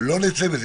לא נצא מזה.